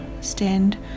stand